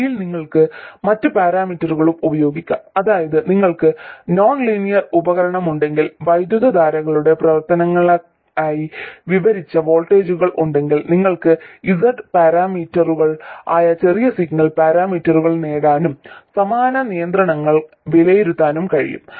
വഴിയിൽ നിങ്ങൾക്ക് മറ്റ് പാരാമീറ്ററുകളും ഉപയോഗിക്കാം അതായത് നിങ്ങൾക്ക് നോൺലീനിയർ ഉപകരണമുണ്ടെങ്കിൽ വൈദ്യുതധാരകളുടെ പ്രവർത്തനങ്ങളായി വിവരിച്ച വോൾട്ടേജുകൾ ഉണ്ടെങ്കിൽ നിങ്ങൾക്ക് z പാരാമീറ്ററുകൾ ആയ ചെറിയ സിഗ്നൽ പാരാമീറ്ററുകൾ നേടാനും സമാന നിയന്ത്രണങ്ങൾ വിലയിരുത്താനും കഴിയും